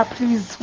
Please